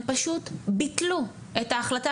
הם פשוט ביטלו את ההחלטה,